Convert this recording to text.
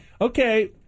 okay